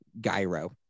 gyro